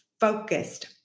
focused